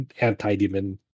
anti-demon